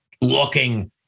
looking